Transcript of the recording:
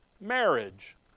marriage